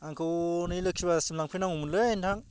आंखौ नै लोखि बाजारसिम लांफैनांगौमोनलै नोंथां